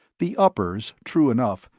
the uppers, true enough,